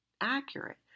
accurate